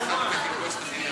בעד עודד פורר, בעד טלי פלוסקוב,